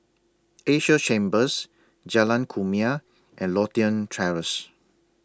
Asia Chambers Jalan Kumia and Lothian Terrace